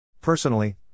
Personally